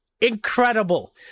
incredible